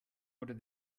oder